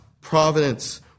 providence